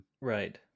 Right